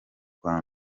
kwa